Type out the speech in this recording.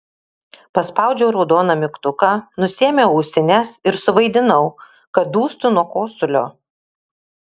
paspaudžiau raudoną mygtuką nusiėmiau ausines ir suvaidinau kad dūstu nuo kosulio